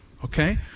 Okay